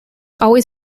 always